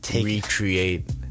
recreate